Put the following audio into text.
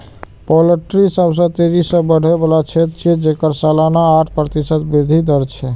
poultry सबसं तेजी सं बढ़ै बला क्षेत्र छियै, जेकर सालाना आठ प्रतिशत वृद्धि दर छै